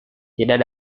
tidak